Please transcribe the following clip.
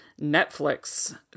Netflix